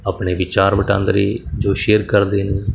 ਆਪਣੇ ਵਿਚਾਰ ਵਟਾਂਦਰੇ ਜੋ ਸ਼ੇਅਰ ਕਰਦੇ ਨੇ